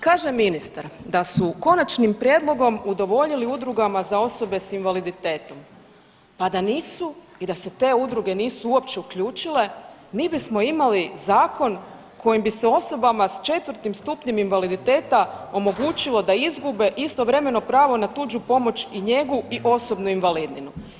Kaže ministar da su konačnim prijedlogom udovoljili udrugama za osobe s invaliditetom, pa da nisu i da se te udruge nisu uopće uključile mi bismo imali zakon kojim bi se osobama s 4.stupnjem invaliditeta omogućilo da izgube istovremeno pravo na tuđu pomoć i njegu i osobnu invalidninu.